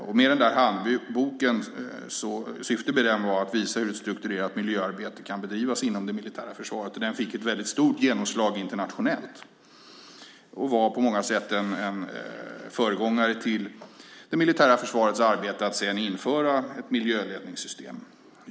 Syftet med den handboken var att visa hur ett strukturerat miljöarbete kan bedrivas inom det militära försvaret. Den fick stort genomslag internationellt och var på många sätt en föregångare till det militära försvarets arbete med att sedan införa ett miljöledningssystem.